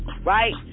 Right